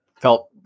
felt